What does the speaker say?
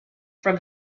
from